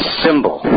symbol